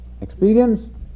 experience